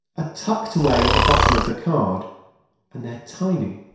ah tucked away at the bottom of the card and they're tiny.